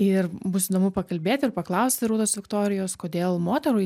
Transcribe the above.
ir bus įdomu pakalbėti ir paklausti rūtos viktorijos kodėl moterų